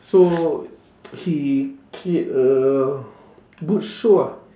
so he played a good show ah